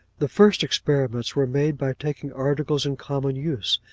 the first experiments were made by taking articles in common use,